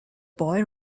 boy